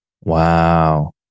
Wow